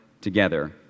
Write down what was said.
together